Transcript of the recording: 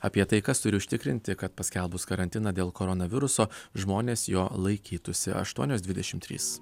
apie tai kas turi užtikrinti kad paskelbus karantiną dėl koronaviruso žmonės jo laikytųsi aštuonios dvidešim trys